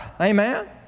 Amen